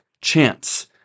chance